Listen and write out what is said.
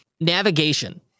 navigation